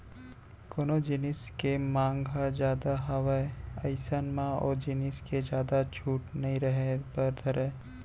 कोनो जिनिस के मांग ह जादा हावय अइसन म ओ जिनिस के जादा छूट नइ रहें बर धरय